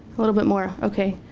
a little bit more. okay,